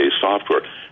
software